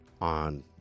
on